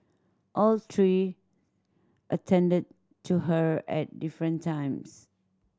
all three attended to her at different times